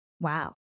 Wow